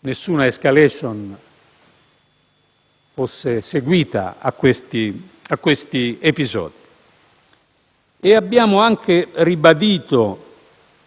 nessuna *escalation* seguisse a questi episodi. Abbiamo anche ribadito